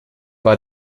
war